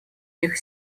них